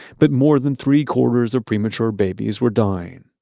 but more than three-quarters of premature babies were dying.